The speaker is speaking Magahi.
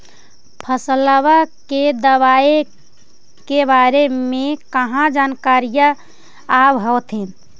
फसलबा के दबायें के बारे मे कहा जानकारीया आब होतीन?